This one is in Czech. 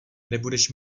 nebudeš